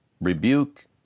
rebuke